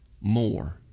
more